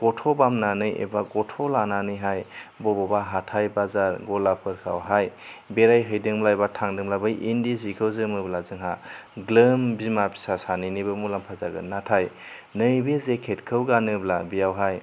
गथ' बामनानै एबा गथ' लानानैहाय बबावबा हाथाइ बाजार ग'लाफोरावहाय बेरायहैदोंब्ला एबा थांदोंब्ला बै इन्दि जिखौ जोमोब्ला जोंहा ग्लोम बिमा फिसा सानैनिबो मुलाम्फा जागोन नाथाय नैबे जेकेटखौ गानोब्ला बेयावहाय